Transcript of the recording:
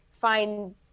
find